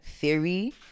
theory